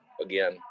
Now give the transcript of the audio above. again